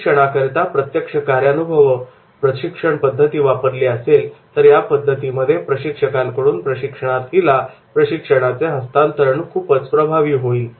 प्रशिक्षणाकरिता प्रत्यक्ष कार्यानुभव प्रशिक्षण पद्धती वापरली असेल तर या पद्धतीमध्ये प्रशिक्षकांकडून प्रशिक्षणार्थी ला प्रशिक्षणाचे हस्तांतरण खूपच प्रभावी होईल